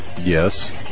Yes